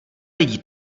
lidí